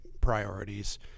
priorities